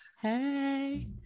hey